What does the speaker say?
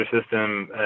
system